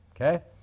okay